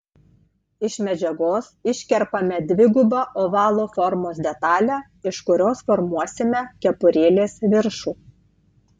iš medžiagos iškerpame dvigubą ovalo formos detalę iš kurios formuosime kepurėlės viršų